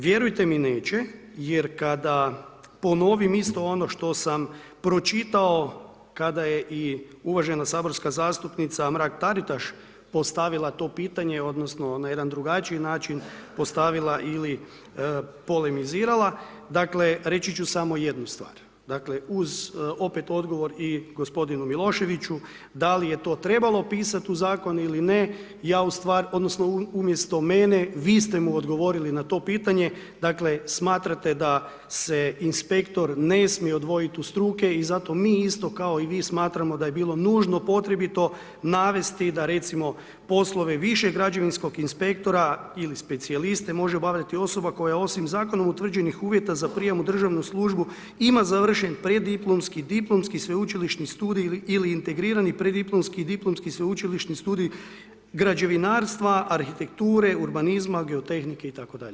Vjerujte mi neće jer kada ponovim isto ono što sam pročitao kada je i uvažena saborska zastupnica Mrak Taritaš postavila to pitanje odnosno na jedan drugačiji način postavila ili polemizirala, dakle, reći ću samo jednu stvar, dakle, uz, opet odgovor i gospodinu Miloševiću da li je to trebalo pisati u Zakonu ili ne odnosno umjesto mene, vi ste mu odgovorili na to pitanje, dakle, smatrate da se inspektor ne smije odvojiti od struke i zato mi isto kao i vi smatramo da je bilo nužno potrebito navesti da recimo poslove višeg građevinskog inspektora ili specijaliste može obavljati osoba koja je osim zakonom utvrđenih uvjeta za prijem u državnu službu ima završen preddiplomski, diplomski, Sveučilišni studij ili integrirani preddiplomski, diplomski, Sveučilišni studij građevinarstva, arhitekture, urbanizma, geotehnike itd.